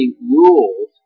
rules